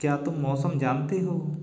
क्या तुम मौसम जानते हो